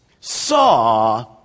saw